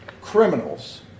criminals